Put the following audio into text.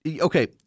Okay